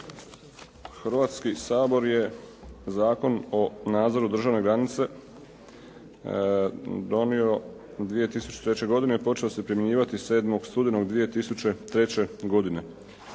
Hrvatski sabor je Zakon o nadzoru državne granice donio 2003. godine i počeo se primjenjivati 7. studenog 2003. godine.